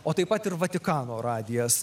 o taip pat ir vatikano radijas